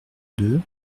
deux